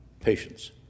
patience